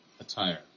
attire